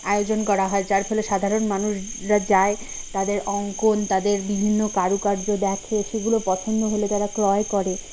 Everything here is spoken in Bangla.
আয়োজন করা হয় যার ফলে সাধারণ মানুষরা যায় তাদের অঙ্কন তাদের বিভিন্ন কারুকার্য দেখে সেগুলো পছন্দ হলে তারা ক্রয় করে